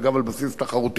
אגב, זה על בסיס תחרותי.